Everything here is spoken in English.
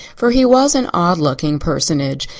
for he was an odd-looking personage,